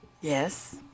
Yes